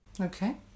okay